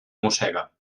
mossega